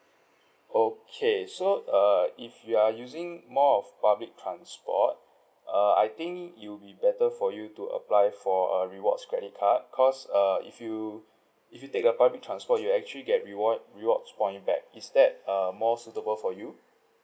okay so err if you are using more of public transport err I think it will be better for you to apply for a rewards credit card because err if you if you take a public transport you actually get reward rewards point back is that err more suitable for you